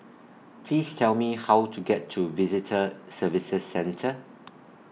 Please Tell Me How to get to Visitor Services Centre